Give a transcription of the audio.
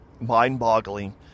mind-boggling